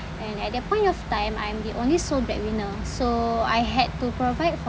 and at that point of time I'm the only sole breadwinner so I had to provide for